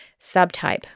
subtype